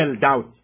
doubt